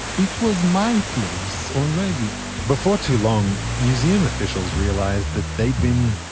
it was my place already before too long, museum officials realized that they'd been,